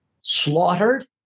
slaughtered